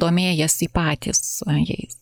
o domėjęsi patys jais